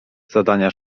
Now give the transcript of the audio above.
zadania